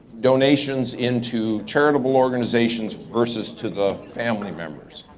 donations into charitable organizations versus to the family members.